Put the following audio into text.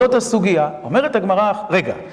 זאת הסוגיה, אומרת הגמרא: רגע